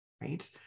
right